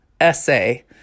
essay